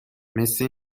مثل